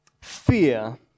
fear